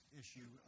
issue